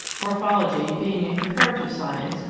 morphology, being a comparative science,